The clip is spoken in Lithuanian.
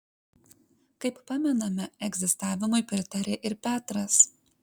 kaip pamename egzistavimui pritarė ir petras